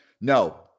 no